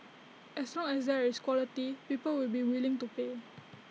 as long as there is quality people will be willing to pay